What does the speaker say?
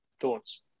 Thoughts